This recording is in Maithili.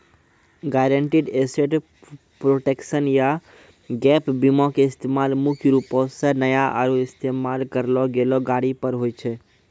गायरंटीड एसेट प्रोटेक्शन या गैप बीमा के इस्तेमाल मुख्य रूपो से नया आरु इस्तेमाल करलो गेलो गाड़ी पर होय छै